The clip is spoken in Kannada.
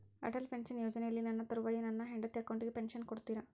ಅಟಲ್ ಪೆನ್ಶನ್ ಯೋಜನೆಯಲ್ಲಿ ನನ್ನ ತರುವಾಯ ನನ್ನ ಹೆಂಡತಿ ಅಕೌಂಟಿಗೆ ಪೆನ್ಶನ್ ಕೊಡ್ತೇರಾ?